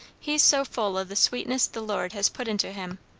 he's so full o' the sweetness the lord has put into him,